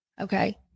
okay